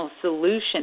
solution